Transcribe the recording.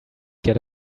get